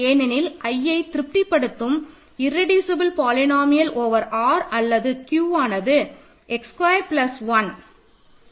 ஏனெனில் i திருப்திப்படுத்தும் irreducible polynomial over R அல்லது Q ஆனது x ஸ்கொயர் பிளஸ் 1